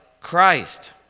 Christ